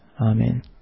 Amen